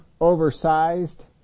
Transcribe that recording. oversized